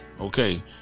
okay